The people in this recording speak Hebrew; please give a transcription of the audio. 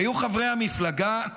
היו חברי המפלגה.